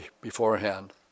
beforehand